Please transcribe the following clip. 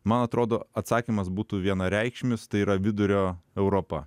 man atrodo atsakymas būtų vienareikšmis tai yra vidurio europa